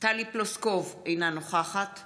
טלי פלוסקוב, אינה נוכחת